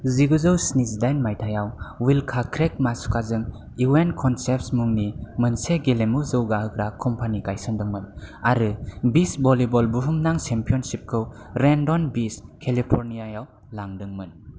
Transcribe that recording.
जिगुजौ स्निजिदाइन मायथायाव विल्का क्रेग मासुकाजों इवेन्ट कन्सेप्ट्स मुंनि मोनसे गेलेमु जौगाहोग्रा कम्पानी गायसनदोंमोन आरो बीच भलिबल बुहुमनां चेम्पियनशिपखौ रेन्डन्ड' बीच केलिफर्नियायाव लांदोंमोन